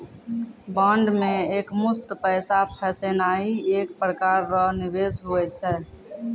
bond मे एकमुस्त पैसा फसैनाइ एक प्रकार रो निवेश हुवै छै